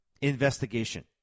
investigation